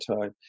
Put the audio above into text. time